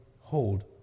hold